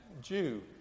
Jew